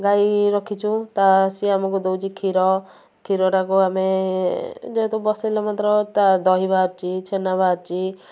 ଗାଈ ରଖିଛୁ ତା ସିଏ ଆମକୁ ଦେଉଛି କ୍ଷୀର କ୍ଷୀରଟାକୁ ଆମେ ଯେହେତୁ ବସାଇଲେ ତା ଦହି ବାହାରୁଛି ଛେନା ବାହାରୁଛି